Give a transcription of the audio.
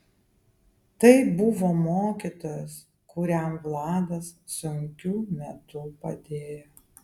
tai buvo mokytojas kuriam vladas sunkiu metu padėjo